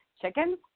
chicken